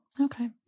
Okay